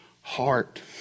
heart